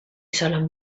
solen